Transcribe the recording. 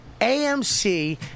AMC